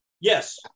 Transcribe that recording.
Yes